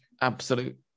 absolute